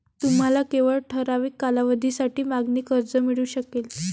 तुम्हाला केवळ ठराविक कालावधीसाठी मागणी कर्ज मिळू शकेल